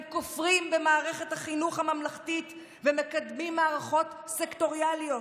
הם כופרים במערכת החינוך הממלכתית ומקדמים מערכות סקטוריאליות.